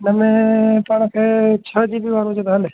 इन में पाण खे छह जी बी वारो हुजे त हले